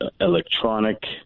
electronic